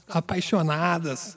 apaixonadas